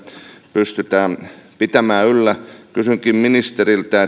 pystytään pitämään yllä kysynkin ministeriltä